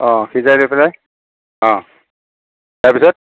অ' সিজাই লৈ পেলাই অ' তাৰপিছত